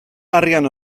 arian